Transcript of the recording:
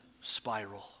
Spiral